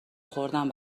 خوردن